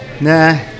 Nah